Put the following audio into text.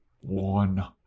one